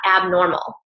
abnormal